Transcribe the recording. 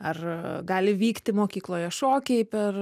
ar gali vykti mokykloje šokiai per